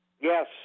Yes